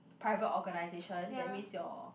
private organisation that means your